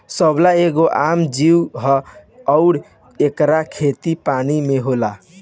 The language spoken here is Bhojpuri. शैवाल एगो आम जीव ह अउर एकर खेती पानी में होला